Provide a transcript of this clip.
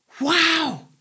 Wow